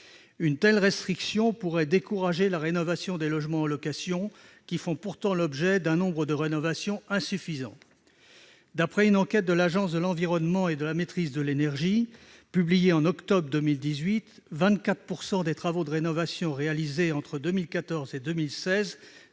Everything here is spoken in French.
Une telle restriction risque de décourager la rénovation des logements en location, qui font pourtant l'objet d'un nombre de rénovations insuffisant. D'après une enquête de l'Agence de l'environnement et de la maîtrise de l'énergie (Ademe) publiée en octobre 2018, 24 % des travaux de rénovation réalisés entre 2014 et 2016